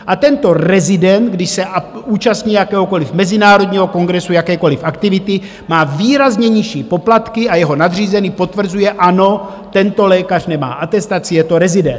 A tento rezident, když se účastní jakéhokoliv mezinárodního kongresu, jakékoliv aktivity, má výrazně nižší poplatky a jeho nadřízený potvrzuje: Ano, tento lékař nemá atestaci, je to rezident.